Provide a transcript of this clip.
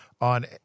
on